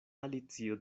alicio